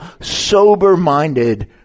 sober-minded